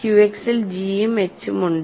Q X ൽ g ഉം h ഉം ഉണ്ട്